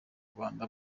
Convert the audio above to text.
rwanda